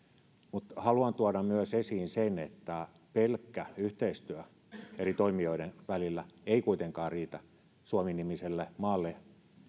mutta haluan tuoda esiin myös sen että pelkkä yhteistyö eri toimijoiden välillä ei kuitenkaan riitä suomi nimiselle maalle